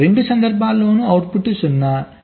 రెండు సందర్భాల్లోనూ అవుట్పుట్ 0